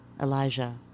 Elijah